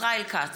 ישראל כץ,